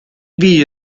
video